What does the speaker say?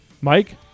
Mike